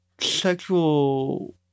sexual